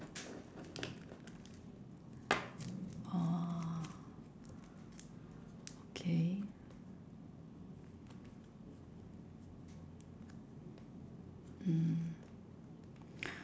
orh okay mm